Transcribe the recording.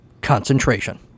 Concentration